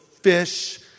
fish